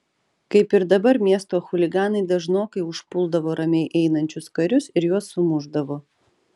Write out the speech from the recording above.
kaip ir dabar miesto chuliganai dažnokai užpuldavo ramiai einančius karius ir juos sumušdavo